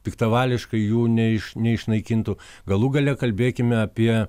piktavališkai jų ne iš neišnaikintų galų gale kalbėkime apie